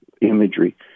imagery